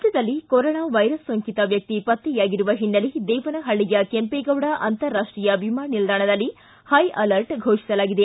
ರಾಜ್ಯದಲ್ಲಿ corona virus ಸೋಂಕಿತ ವ್ಯಕ್ತಿ ಪತ್ತೆಯಾಗಿರುವ ಹಿನ್ನೆಲೆ ದೇವನಪಳ್ಳಿಯ ಕೆಂಪೇಗೌಡ ಅಂತಾರಾಷ್ಟೀಯ ವಿಮಾನ ನಿಲ್ದಾಣದಲ್ಲಿ ಹೈ ಅಲರ್ಟ್ ಘೋಷಿಸಲಾಗಿದೆ